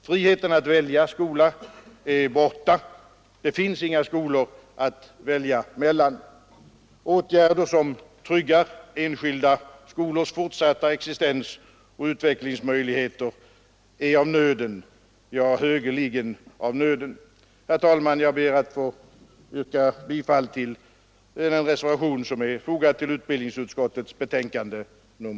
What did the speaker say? Friheten att välja skola är borta, det finns inga skolor att välja mellan. Åtgärder som tryggar enskilda skolors fortsatta existens och utvecklingsmöjligheter är av nöden, ja högeligen av nöden. Herr talman! Jag ber att få yrka bifall till den reservation som är fogad till utbildningsutskottets betänkande nr 25.